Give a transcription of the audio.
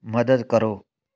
ਮਦਦ ਕਰੋ